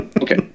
Okay